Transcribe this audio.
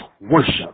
worship